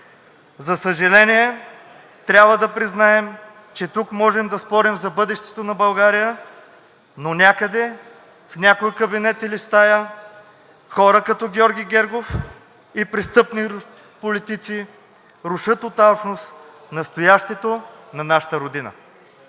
За съжаление, трябва да признаем, че тук можем да спорим за бъдещето на България , но някъде в някой кабинет или стая – хора като Георги Гегов и престъпни политици рушат от алчност настоящето на нашата родина.